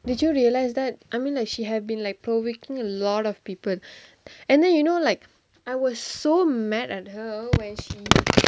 did you realise that I mean like she has been like provoking a lot of people and then you know like I was so mad at her when she